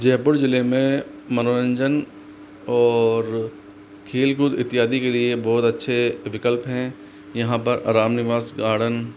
जयपुर जिले में मनोरंजन और खेल कूद इत्यादि के लिए बहुत अच्छे विकल्प है यहां पर आराम निवास गार्डन